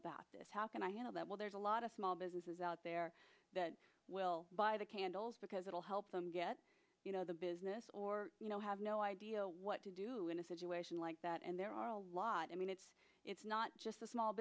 about this how can i handle that well there's a lot of small businesses out there that will buy the candles because it will help them get you know the business or you know have no idea what to do in a situation like that and there are a lot i mean it's it's not just a small